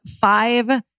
five